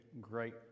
great